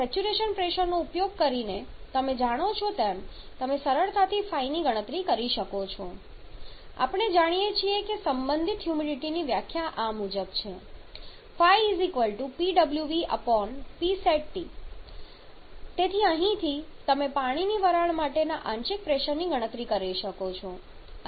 આ સેચ્યુરેશન પ્રેશરનો ઉપયોગ કરીને તમે જાણો છો તેમ તમે સરળતાથી ϕ ની ગણતરી કરી શકો છો આપણે જાણીએ છીએ કે સંબંધિત હ્યુમિડિટીની વ્યાખ્યા આ મુજબ છે PwvPsat તેથી અહીંથી તમે પાણીની વરાળ માટેના આંશિક પ્રેશરની ગણતરી કરી શકશો